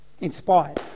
inspired